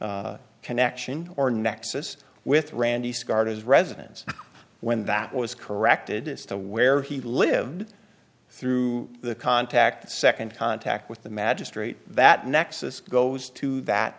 cause connection or nexus with randy scarred his residence when that was corrected as to where he lived through the contact second contact with the magistrate that nexus goes to that